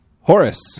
Horace